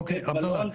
אוקי עבדאללה,